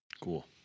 Cool